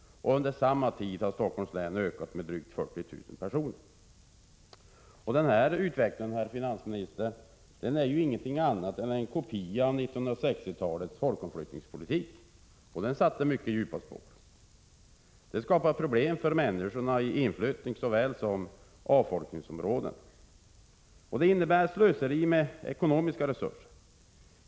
Under samma tid har Stockholms läns befolkning ökat med drygt 40 000 personer. Den här utvecklingen, herr finansminister, är ingenting annat än en kopia av 1960-talets folkomflyttningspolitik. Den satte mycket djupa spår. Det skapar problem för människorna i inflyttningssåväl som avfolkningsområden. Det innebär slöseri med ekonomiska resurser.